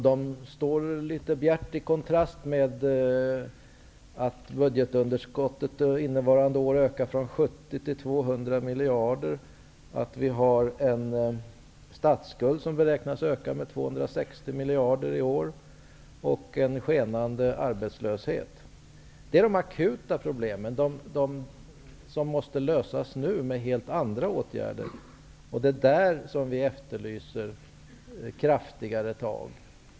De står litet bjärt i kontrast mot att budgetunderskottet innevarande år ökar från 70 till 200 miljarder, att vi har en statsskuld som beräknas öka med 260 miljarder i år och en skenande arbetslöshet. Det är de aktua problemen, de som måste lösas nu med helt andra åtgärder. Det är där vi efterlyser kraftigare tag.